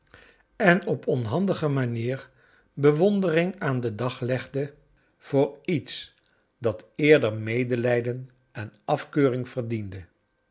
en op onhandige manier bewondering aan den dag legde voor iets dat eerder medehjden en afkeuring verdiende